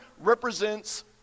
represents